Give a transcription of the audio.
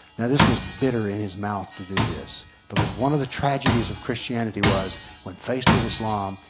now this was bitter in his mouth to do this, because one of the tragedies of christianity was when faced with islam,